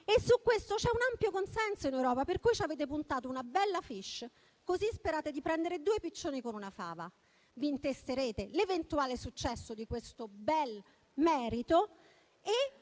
e su questo c'è un ampio consenso in Europa, per cui ci avete puntato una bella *fiche*, così sperate di prendere due piccioni con una fava. Vi intesterete l'eventuale successo di questo bel merito